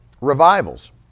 revivals